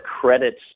credits